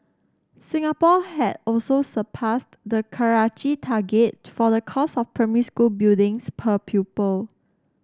Singapore had also surpassed the Karachi target for the cost of primary school buildings per pupil